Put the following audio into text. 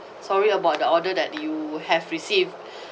sorry about the order that you have received